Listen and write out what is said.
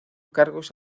cargos